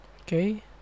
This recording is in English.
Okay